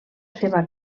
seva